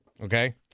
Okay